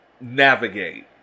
navigate